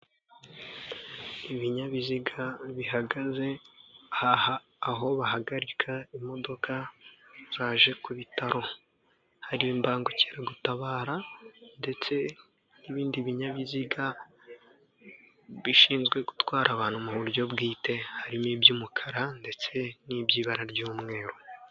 Ibinyabiziga bihagaze aho bahagarika imodoka zaje ku bitaro, hari inbangukiragutabara ndetse n'ibindi binyabiziga bishinzwe gutwara abantu mu buryo bwite, harimo iby'umukara ndetse n'iby'ibara ry'umweru.